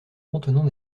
contenant